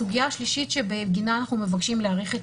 הסוגיה השלישית שבגינה אנחנו מבקשים להאריך את